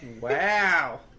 Wow